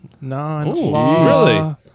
non-law